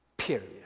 Period